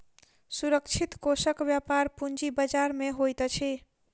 सुरक्षित कोषक व्यापार पूंजी बजार में होइत अछि